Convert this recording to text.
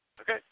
Okay